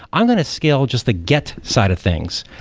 i'm going to scale just the get side of things,